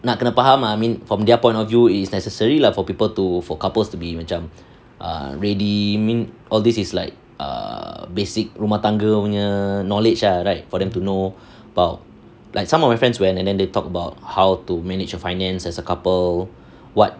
nak kena faham I mean from their point of view is necessary lah for people to for couples to be macam err ready I mean all these is like err basic rumahtangga punya knowledge ah right for them to know about like some of my friends went and then they talk about how to manage your finance as a couple what